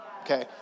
okay